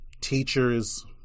teachers